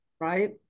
Right